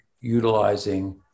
utilizing